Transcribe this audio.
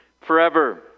forever